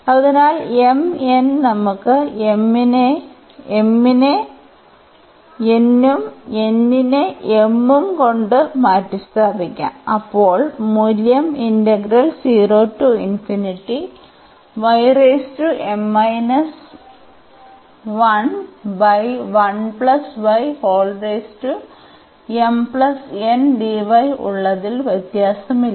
അതിനാൽ m n നമുക്ക് m നെ n ഉം n നെ m ഉം കൊണ്ട് മാറ്റിസ്ഥാപിക്കാം അപ്പോൾ മൂല്യം ഉള്ളതിൽ വ്യത്യാസമില്ല